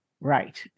Right